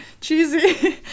cheesy